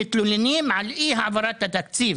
הצעתם של חברי הכנסת אימאן ח'טיב יאסין ואחמד